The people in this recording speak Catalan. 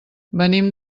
venim